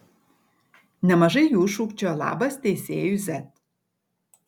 nemažai jų šūkčiojo labas teisėjui z